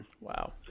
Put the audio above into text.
Wow